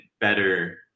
Better